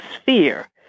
sphere